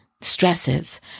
stresses